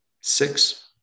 six